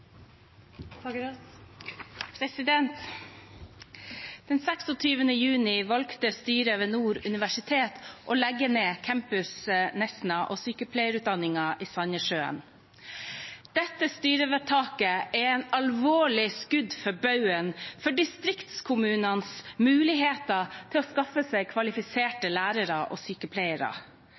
liker. Den 26. juni valgte styret ved Nord universitet å legge ned campus Nesna og sykepleierutdanningen i Sandnessjøen. Dette styrevedtaket er et alvorlig skudd for baugen for distriktskommunenes muligheter til å skaffe seg kvalifiserte lærere og